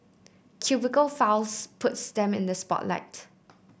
cubicle files puts them in the spotlight